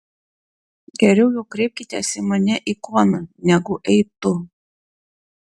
geriau jau kreipkitės į mane ikona negu ei tu